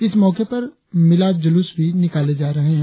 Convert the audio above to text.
इस मौके पर मिलाद जुलूस भी निकाले जाएंगे